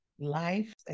life